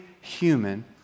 human